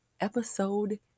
episode